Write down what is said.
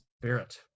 spirit